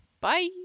Bye